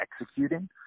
executing